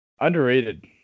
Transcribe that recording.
Underrated